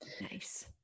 Nice